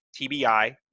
TBI